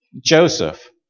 Joseph